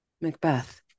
Macbeth